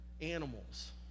animals